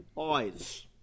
eyes